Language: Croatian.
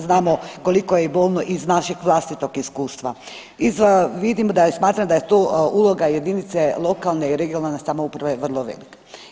Znamo koliko je i bolno iz našeg vlastitog iskustva. … [[Govornik se ne razumije]] vidim i smatram da je tu uloga jedinice lokalne i regionalne samouprave vrlo velika.